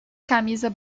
camisa